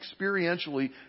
experientially